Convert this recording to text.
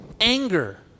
anger